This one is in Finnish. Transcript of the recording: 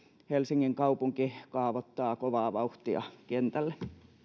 helsingin kaupunki kaavoittaa kovaa vauhtia kentälle